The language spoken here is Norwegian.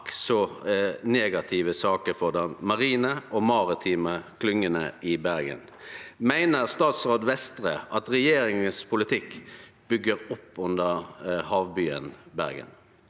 så negative saker for det marine og dei maritime klyngene i Bergen. Meiner statsråd Vestre at regjeringa sin politikk byggjer opp under havbyen Bergen?